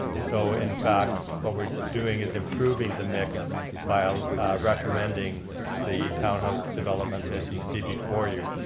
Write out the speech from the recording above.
so in fact what we're doing is improving the mix by recommending the townhouse development that you see before you.